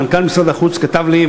מנכ"ל משרד החוץ כתב לי,